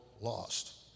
lost